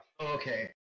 Okay